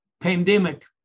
pandemic